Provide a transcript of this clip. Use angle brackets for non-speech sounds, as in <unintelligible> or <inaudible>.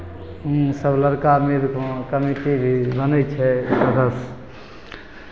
हम सभ लड़का मिलि कऽ वहाँ कमिटी भी बनै छै <unintelligible>